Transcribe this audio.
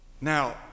Now